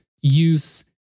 use